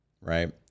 Right